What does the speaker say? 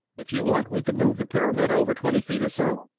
if you want, we could move the pyramid over twenty feet or so.